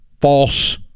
false